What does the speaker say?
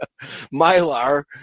mylar